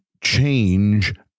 change